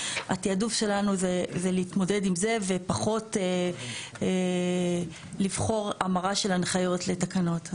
התעדוף שלנו זה להתמודד עם זה ופחות לבחור המרה של הנחיות לתקנות.